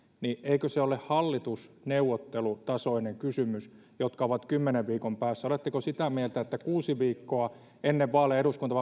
on hallitusneuvottelutasoinen kysymys jotka neuvottelut ovat kymmenen viikon päässä oletteko sitä mieltä että kuusi viikkoa ennen vaaleja eduskunta